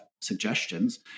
suggestions